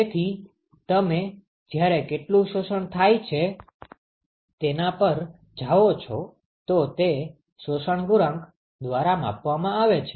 તેથી તમે જ્યારે કેટલું શોષણ થાય છે તેના પર જાઓ છો તો તે શોષણ ગુણાંક દ્વારા માપવામાં આવે છે